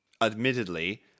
admittedly